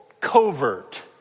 covert